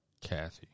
Kathy